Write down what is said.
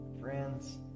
friends